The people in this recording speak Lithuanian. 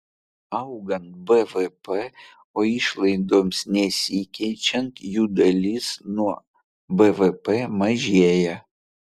augant bvp o išlaidoms nesikeičiant jų dalis nuo bvp mažėja